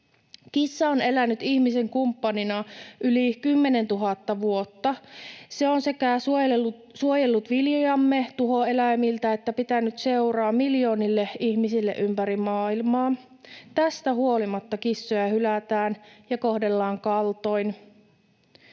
Kissa on elänyt ihmisen kumppanina yli 10 000 vuotta. Se on sekä suojellut viljojamme tuhoeläimiltä että pitänyt seuraa miljoonille ihmisille ympäri maailmaa. Tästä huolimatta kissoja hylätään ja kohdellaan kaltoin